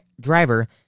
driver